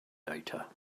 data